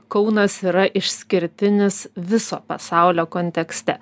kaunas yra išskirtinis viso pasaulio kontekste